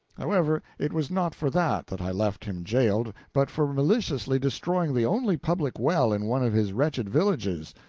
however, it was not for that that i left him jailed, but for maliciously destroying the only public well in one of his wretched villages.